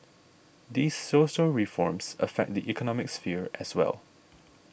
these social reforms affect the economic sphere as well